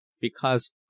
Because